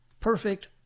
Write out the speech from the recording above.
perfect